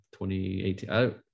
2018